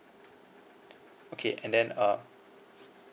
okay and then uh